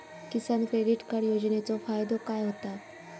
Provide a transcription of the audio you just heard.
किसान credit card योजनेचो फायदो काय होता?